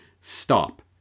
stop